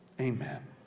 Amen